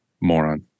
moron